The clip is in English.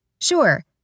Sure